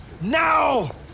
now